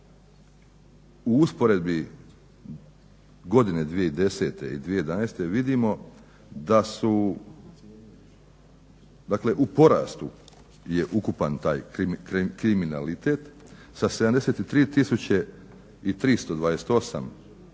u usporedbi godine 2010., 2011. vidimo dakle u porastu je ukupan taj kriminalitet sa 73 tisuće